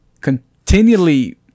continually